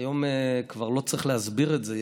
שהיום כבר לא צריך להסביר את זה.